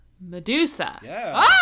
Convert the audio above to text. Medusa